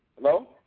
Hello